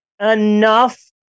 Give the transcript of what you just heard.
enough